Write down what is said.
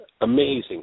Amazing